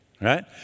Right